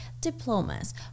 diplomas